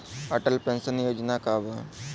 Atal pension योजना का बा?